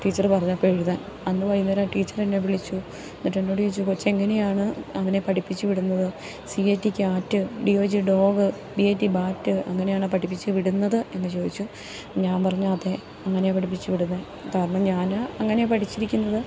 teacher പറഞ്ഞപ്പോൾ എഴുതാൻ അന്ന് വൈകുന്നേരം ആ ടീച്ചറെന്നെ വിളിച്ചു എന്നിട്ടെന്നോട് ചോദിച്ചു കൊച്ചെങ്ങനെയാണ് അങ്ങനെ പഠപ്പിച്ച് വിടുന്നത് C A T cat D O G dog B A T bat അങ്ങനെയാണോ പഠിപ്പിച്ച് വിടുന്നത് എന്ന് ചോദിച്ചു ഞാൻ പറഞ്ഞു അതേ അങ്ങനെയാ പഠിപ്പിച്ച് വിടുന്നത് കാരണം ഞാൻ അങ്ങനെയാണ് പഠിച്ചിരിക്കുന്നത്